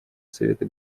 совета